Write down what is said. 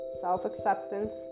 self-acceptance